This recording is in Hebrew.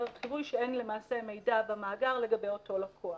חיווי על כך שאין למעשה מידע במאגר לגבי אותו לקוח.